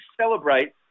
celebrate